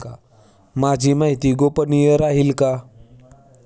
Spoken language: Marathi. माझी माहिती गोपनीय राहील का?